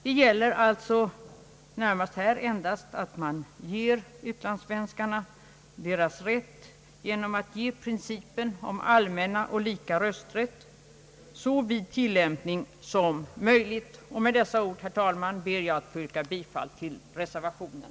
Det är i detta fall fråga om att låta utlandssvenskarna få sin rätt genom att ge principen om allmän och lika rösträtt så vid tillämpning som möjligt. Med dessa ord, herr talman, ber jag att få yrka bifall till reservationen.